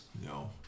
No